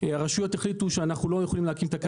הרשויות החליטו שאנחנו לא יכולים להקים את הקו